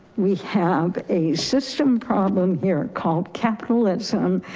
we have a system problem here called capitalism,